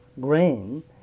grain